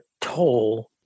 toll